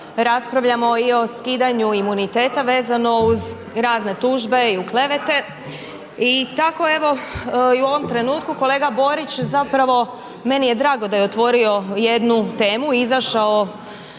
raspravljamo i o skidanju imuniteta vezano uz razne tužbe i klevete i tako evo u ovom trenutku kolega Borić zapravo meni je drago da je otvorio jednu temu i izašao